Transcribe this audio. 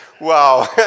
Wow